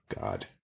God